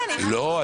כן --- לא,